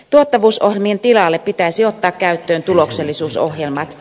tuottavuusohjelmien tilalle pitäisi ottaa käyttöön tuloksellisuusohjelmat